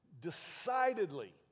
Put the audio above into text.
decidedly